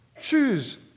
Choose